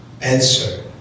answer